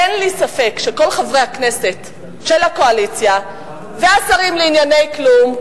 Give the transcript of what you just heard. אין לי ספק שכל חברי הכנסת של הקואליציה והשרים לענייני כלום,